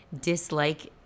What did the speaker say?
dislike